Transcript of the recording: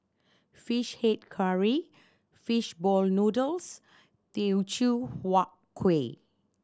Fish Head Curry fish ball noodles Teochew Huat Kueh